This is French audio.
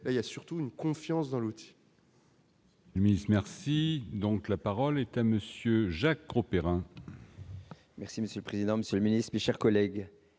: il y a surtout une confiance dans l'outil.